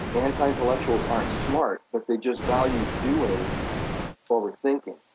anti intellectuals aren't smart, but they just value doing over thinking.